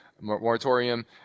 moratorium